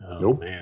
Nope